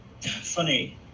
funny